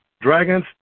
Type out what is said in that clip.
Dragon's